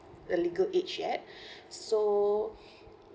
the legal age yet so